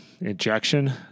injection